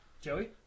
Joey